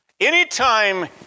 Anytime